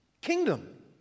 kingdom